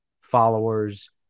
followers